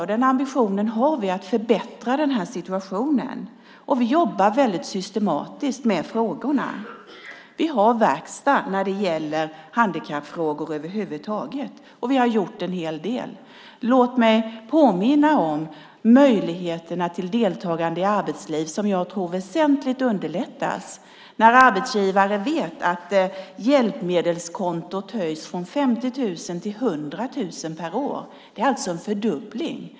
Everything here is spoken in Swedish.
Vi har ambitionen att förbättra situationen. Vi jobbar systematiskt med frågorna. Vi har verkstad när det gäller handikappfrågor över huvud taget, och vi har gjort en hel del. Låt mig påminna om möjligheterna till deltagande i arbetslivet, som jag tror väsentligt underlättas när arbetsgivare vet att hjälpmedelskontot höjs från 50 000 till 100 000 per år. Det är alltså en fördubbling.